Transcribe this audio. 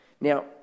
Now